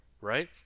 right